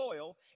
oil